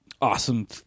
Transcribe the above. awesome